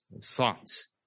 thoughts